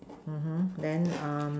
mmhmm then um